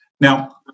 Now